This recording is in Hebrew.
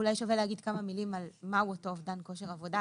אולי שווה לומר כמה מילים על מה הוא אותו אובדן כושר עבודה,